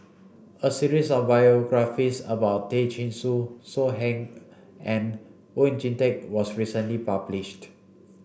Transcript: a series of biographies about Tay Chin Joo So Heng and Oon Jin Teik was recently published